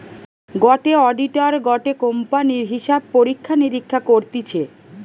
গটে অডিটার গটে কোম্পানির হিসাব পরীক্ষা নিরীক্ষা করতিছে